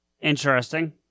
Interesting